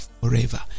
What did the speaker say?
forever